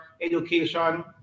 education